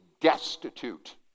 destitute